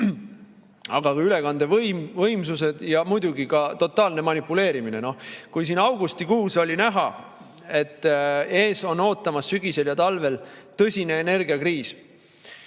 ka ülekandevõimsused ja muidugi ka totaalne manipuleerimine. Kui siin augustikuus oli näha, et ees on ootamas sügisel ja talvel tõsine energiakriis,